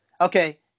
Okay